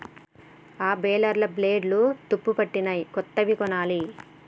ఆ బేలర్ల బ్లేడ్లు తుప్పుపట్టినయ్, కొత్తది కొనాలి